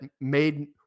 made